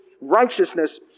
righteousness